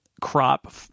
crop